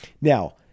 Now